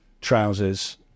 trousers